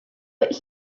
but